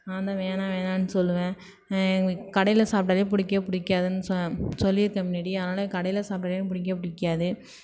நான்தான் வேணாம் வேணாம்னு சொல்லுவேன் எனக்கு கடையில சாப்பிடவே பிடிக்கவே பிடிக்காதுன்னு ச சொல்லியிருக்கேன் முன்னாடியே அதனால் கடையில் சாப்பிடவே எனக்கு பிடிக்கவே பிடிக்காது